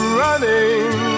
running